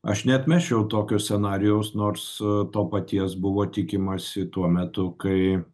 aš neatmesčiau tokio scenarijaus nors to paties buvo tikimasi tuo metu kai